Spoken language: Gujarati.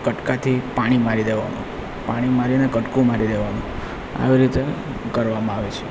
કટકાથી પાણી મારી દેવાનું પાણી મારીને કટકો મારી દેવાનો આવી રીતે કરવામાં આવે છે